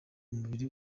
umubiri